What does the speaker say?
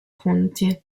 punti